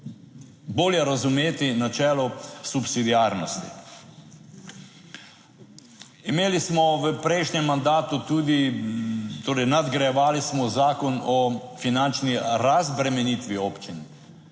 bolje razumeti načelo subsidiarnosti. Imeli smo v prejšnjem mandatu tudi, torej nadgrajevali smo Zakon o finančni razbremenitvi občin.